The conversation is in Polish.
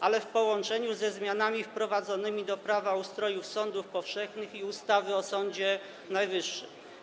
ale w połączeniu ze zmianami wprowadzonymi do Prawa o ustroju sądów powszechnych i ustawy o Sądzie Najwyższym.